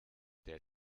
der